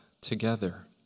together